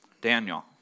Daniel